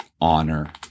honor